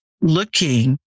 looking